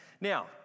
Now